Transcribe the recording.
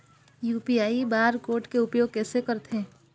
UPI bar code के उपयोग कैसे करथें?